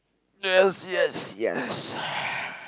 yes yes yes